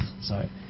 Sorry